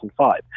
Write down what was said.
2005